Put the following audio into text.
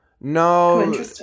No